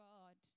God